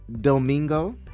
Domingo